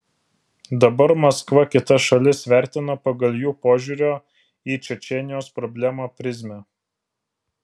dabar maskva kitas šalis vertina pagal jų požiūrio į čečėnijos problemą prizmę